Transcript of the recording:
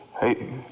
Hey